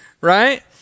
Right